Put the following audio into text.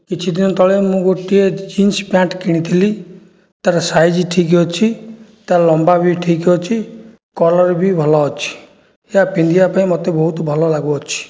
କିଛିଦିନ ତଳେ ମୁଁ ଗୋଟିଏ ଜିନ୍ସ ପ୍ୟାଣ୍ଟ କିଣିଥିଲି ତା'ର ସାଇଜ ଠିକ ଅଛି ତା ଲମ୍ବା ବି ଠିକ ଅଛି କଲର୍ ବି ଭଲ ଅଛି ଏହା ପିନ୍ଧିବା ପାଇଁ ମୋତେ ବହୁତ ଭଲ ଲାଗୁଅଛି